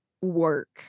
work